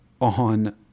on